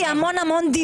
היא הייתה מזמן נגמרת.